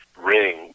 ring